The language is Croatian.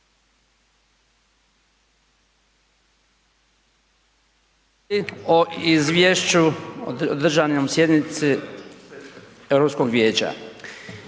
… izvješću o održanoj sjednici Europskog vijeća